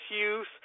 use